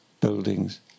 buildings